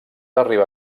arribar